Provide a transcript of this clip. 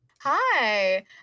Hi